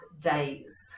days